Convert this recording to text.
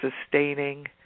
sustaining